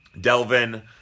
Delvin